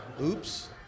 Oops